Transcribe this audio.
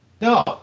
No